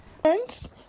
Friends